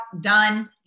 done